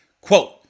Quote